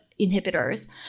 inhibitors